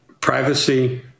Privacy